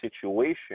situation